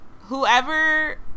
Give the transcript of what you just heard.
whoever